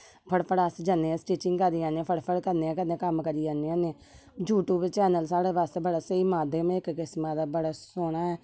फटा फट अस जन्ने आं स्टिचिंग करी औने कन्नै कम्म करी औने होन्ने यूट्यूब चैनल साढ़े आस्तै बड़ा स्हेई माध्यम ऐ इक किस्म दा बड़ा सोहना ऐ